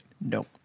No